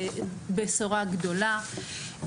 בשורה גדולה.